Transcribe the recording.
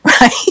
right